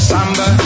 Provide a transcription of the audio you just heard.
Samba